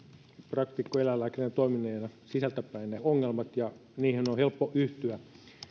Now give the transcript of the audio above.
praktikkoeläinlääkärinä toimineena sisältä päin ne ongelmat ja niihin on helppo yhtyä